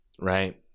Right